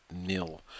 nil